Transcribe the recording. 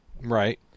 Right